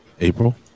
April